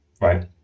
right